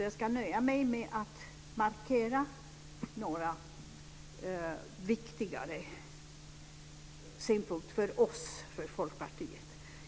Jag ska nöja mig med att markera några för Folkpartiet viktigare synpunkter.